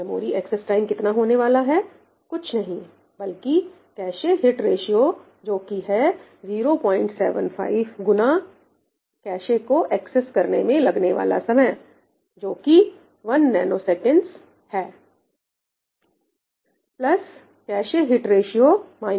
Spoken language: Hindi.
मेमोरी एक्सेस टाइम कितना होने वाला है कुछ नहीं बल्कि कैशे हिट रेशियो जोकि है 075 X कैशे को एक्सेस करने में लगने वाला समय जोकि 1 ns है प्लस कैशे हिट रेशियो 1